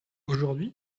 aujourd’hui